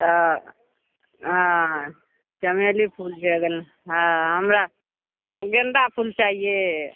तऽ चमेली फूल दे गेल हँ हमरा गेन्दा फूल चाहिये